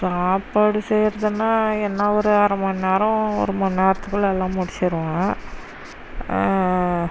சாப்பாடு செய்யிறதுன்னா என்னா ஒரு அரை மண்நேரம் ஒரு மண்நேரத்துக்குள்ளே எல்லா முடிச்சிருவேன்